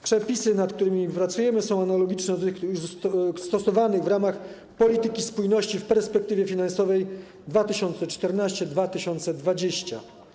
Przepisy, nad którymi pracujemy, są analogiczne do przepisów już stosowanych w ramach polityki spójności w perspektywie finansowej 2014-2020.